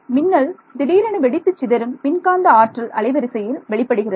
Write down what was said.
மின்னல் திடீரென வெடித்துச் சிதறும் மின்காந்த ஆற்றல் அலைவரிசையில் வெளிப்படுகிறது